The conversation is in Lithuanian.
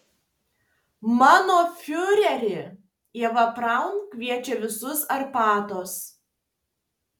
mano fiureri ieva braun kviečia visus arbatos